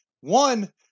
one